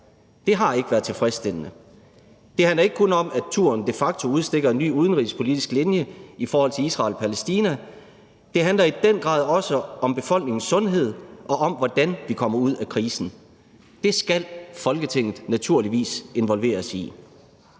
Det har ikke været tilfredsstillende. Det handler ikke kun om, at turen de facto udstikker en ny udenrigspolitisk linje i forhold til Israel og Palæstina; det handler i den grad også om befolkningens sundhed og om, hvordan vi kommer ud af krisen. Det skal Folketinget naturligvis involveres i.